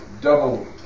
double